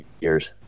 years